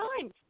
time